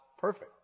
perfect